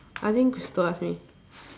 I think Crystal ask me